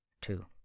Two